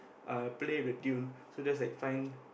uh play with the tune so just like find